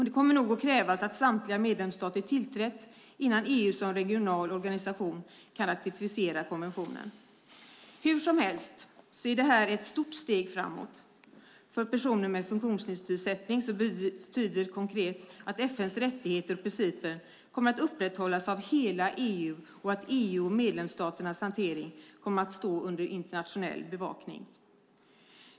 Det kommer nog att krävas att samtliga medlemsstater tillträtt innan EU som regional organisation kan ratificera konventionen. Hur som helst är det här ett stort steg framåt. För personer med funktionsnedsättning betyder det konkret att FN:s rättigheter och principer kommer att upprätthållas av hela EU och att EU och medlemsstaternas hantering kommer att stå under internationell bevakning.